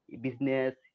business